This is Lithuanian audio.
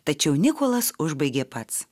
tačiau nikolas užbaigė pats